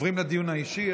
עוברים לדיון האישי.